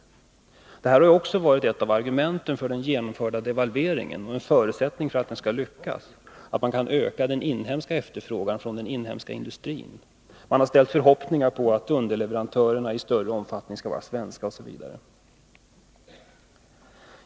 Detta har också varit ett av argumenten för den genomförda devalveringen. En förutsättning för att den skall lyckas har varit att man kan öka den inhemska efterfrågan från den inhemska industrin. Man har ställt förhoppningar på att underleverantörerna i större omfattning skall vara svenska OSV.